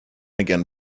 again